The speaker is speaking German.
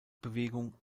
bewegung